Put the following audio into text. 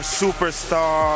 superstar